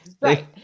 Right